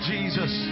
Jesus